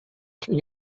king